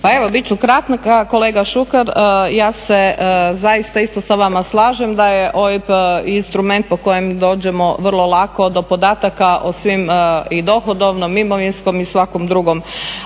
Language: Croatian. Pa evo biti ću kratka. Kolega Šuker ja se zaista isto sa vama slažem da je OIB instrument po kojem dođemo vrlo lako do podataka o svim i dohodovnom, imovinskom i svakom drugom